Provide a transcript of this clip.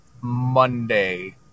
Monday